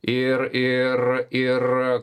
ir ir ir